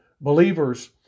believers